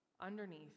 underneath